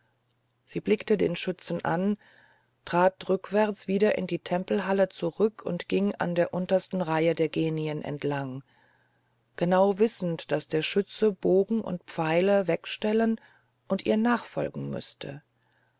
sie blickte den schützen an trat rückwärts wieder in die tempelhalle zurück und ging an der untersten reihe der genien entlang genau wissend daß der schütze bogen und pfeile wegstellen und ihr nachfolgen müßte